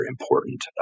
important